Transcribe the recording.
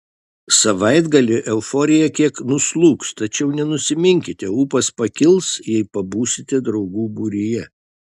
savaitgalį euforija kiek nuslūgs tačiau nenusiminkite ūpas pakils jei pabūsite draugų būryje